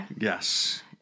Yes